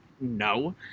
No